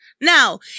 now